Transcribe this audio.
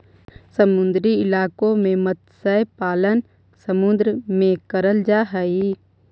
समुद्री इलाकों में मत्स्य पालन समुद्र में करल जा हई